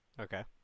Okay